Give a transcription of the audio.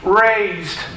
raised